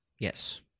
Yes